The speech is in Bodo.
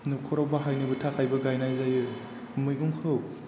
न'खराव बाहायनो थाखायबो गायनाय जायो मैगंखौ